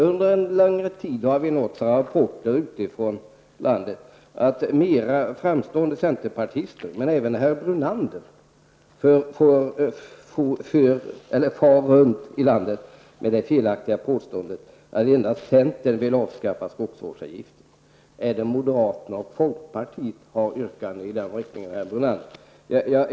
Under en längre tid har vi nåtts av rapporter utifrån landet om att flera framstående centerpartister, men även herr Brunander, far med det felaktiga påståendet att endast centern vill avskaffa skogsvårdsavgifterna. Även moderaterna och folkpartiet har yrkanden i den riktningen, herr Brunander.